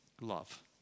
love